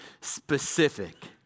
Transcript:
specific